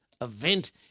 event